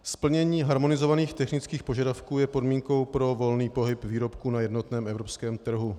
Splnění harmonizovaných technických požadavků je podmínkou pro volný pohyb výrobků na jednotném evropském trhu.